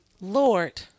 Lord